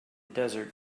desert